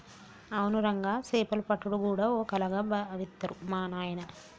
అవును రంగా సేపలు పట్టుడు గూడా ఓ కళగా బావిత్తరు మా నాయిన